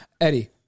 Eddie